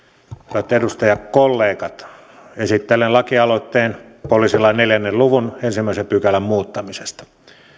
hyvät edustajakollegat esittelen lakialoitteen poliisilain neljän luvun ensimmäisen pykälän muuttamisesta